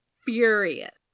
furious